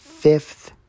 Fifth